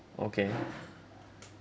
okay